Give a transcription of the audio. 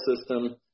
system